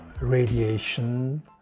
radiation